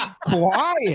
quiet